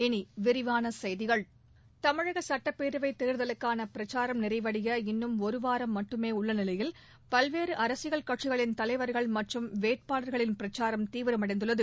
இனி விரிவான செய்திகள் தமிழக சட்டப்பேரவை தேர்தலுக்கான பிரச்சாரம் நிறைவடைய இன்னும் ஒருவாரம் மட்டுமே உள்ள நிலையில் பல்வேறு அரசியல் கட்சிகளின் தலைவர்கள் மற்றும் வேட்பாளர்களின் பிரச்சாரம் தீவிரம் அடைந்துள்ளது